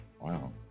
Wow